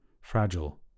fragile